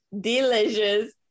delicious